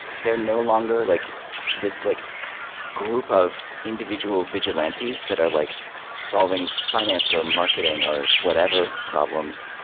they're no longer like this like group of individual vigilantes that are like solving finance or marketing are whatever problems.